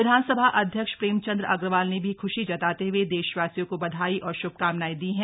विधानसभा अध्यक्ष प्रेमचंद अग्रवाल ने भी ख़्शी जताते हुए देशवासियों को बधाई और शुभकामनाएं दी है